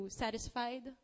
satisfied